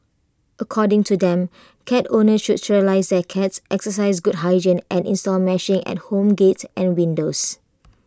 according to them cat owners should sterilise their cats exercise good hygiene and install meshing on home gates and windows